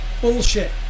Bullshit